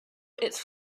its